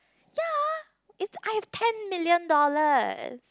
ya if I have ten million dollar